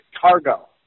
cargo